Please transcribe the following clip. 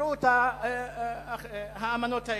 תקראו את האמנות האלה.